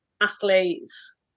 athletes